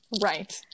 right